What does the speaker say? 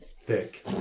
thick